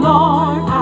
Lord